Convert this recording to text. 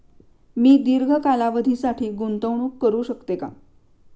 मी दीर्घ कालावधीसाठी गुंतवणूक करू शकते का?